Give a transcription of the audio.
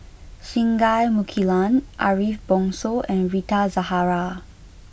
Singai Mukilan Ariff Bongso and Rita Zahara